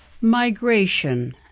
Migration